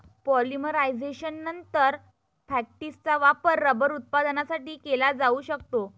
पॉलिमरायझेशननंतर, फॅक्टिसचा वापर रबर उत्पादनासाठी केला जाऊ शकतो